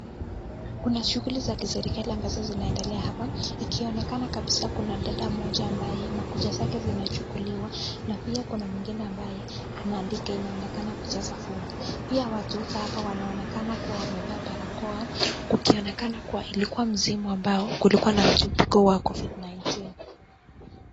Kuna shughuli za kiserikali ambazo zinaendelea hapa, ikionekana kabisaa kuna dada ambaye kucha zake zinachukuliwa na pia kuna mwingine ambaye anaandika, inaonekana anajaza fomu. Pia watu wote hapa wanaonekana kuwa wamevaa barakoa, kukionekana kuwa ilikuwa msimu ambao kulikuwa na mchipuko wa covid-19.